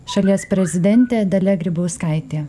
šalies prezidentė dalia grybauskaitė